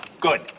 Good